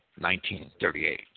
1938